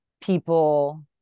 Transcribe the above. people